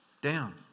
down